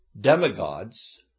demigods